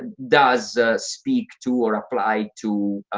and does speak to or apply to